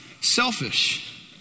Selfish